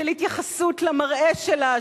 של התייחסות למראה שלה,